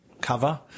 cover